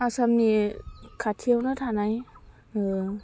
आसामनि खाथियावनो थानाय